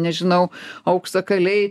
nežinau auksakaliai